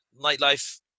nightlife